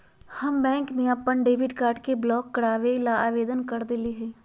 हम बैंक में अपन डेबिट कार्ड ब्लॉक करवावे ला आवेदन कर देली है